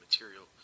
material